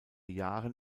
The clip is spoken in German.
jahren